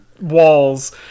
walls